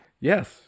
Yes